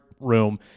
room